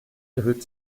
erhöht